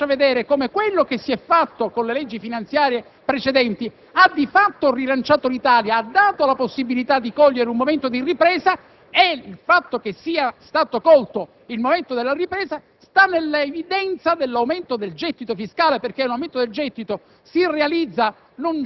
registra un aumento di entrate di 7 miliardi di euro. È una situazione che quindi lascia vedere come quello che si è fatto con le leggi finanziarie precedenti ha di fatto rilanciato l'Italia, ha dato la possibilità di cogliere un momento di ripresa; e la circostanza che sia stato colto il momento della ripresa